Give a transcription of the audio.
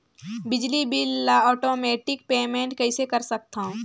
बिजली बिल ल automatic payment कइसे कर सकथव?